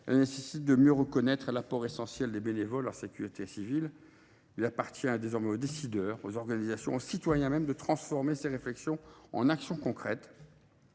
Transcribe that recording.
la nécessité de mieux reconnaître l’apport essentiel des bénévoles de la sécurité civile. Il appartient désormais aux décideurs, aux organisations et même aux citoyens de transformer ces réflexions en actions concrètes